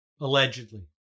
allegedly